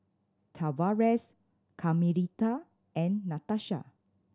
Tavares Carmelita and Natasha